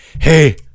Hey